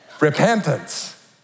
Repentance